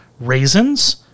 Raisins